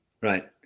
Right